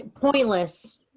pointless